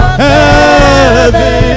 heaven